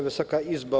Wysoka Izbo!